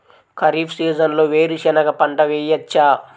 ఖరీఫ్ సీజన్లో వేరు శెనగ పంట వేయచ్చా?